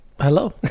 Hello